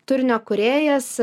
turinio kūrėjas